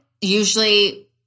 usually